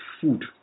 food